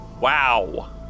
Wow